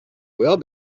will